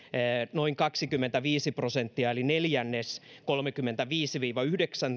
noin kaksikymmentäviisi prosenttia eli neljännes kolmekymmentäviisi viiva